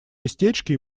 местечке